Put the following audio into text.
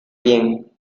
bien